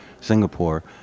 Singapore